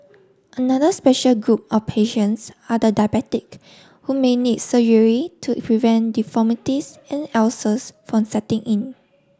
another special group of patients are the diabetic who may need surgery to prevent deformities and ulcers from setting in